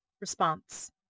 Response